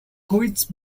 which